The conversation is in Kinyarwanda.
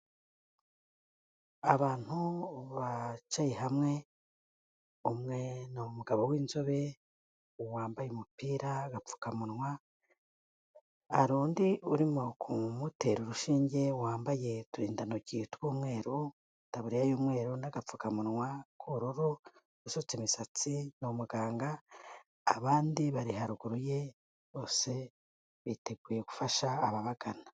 Abantu bicaye hamwe, umwe ni umugabo w'inzobe wambaye umupira, agapfukamunwa, hari undi urimo kumutera urushinge wambaye uturindantoki tw'umweru, itaburiya y'umweru n'agapfukamunwa k'ubururu, usutse imisatsi, ni umuganga, abandi bari haruguru ye bose biteguye gufasha ababagana.